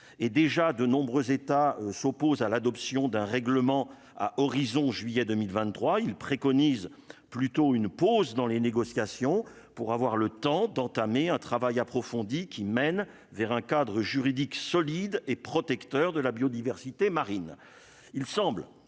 déjà de nombreux États s'oppose à l'adoption d'un règlement à horizon, juillet 2023, il préconise plutôt une pause dans les négociations pour avoir le temps d'entamer un travail approfondi qui mène vers un cadre juridique solide et protecteur de la biodiversité marine,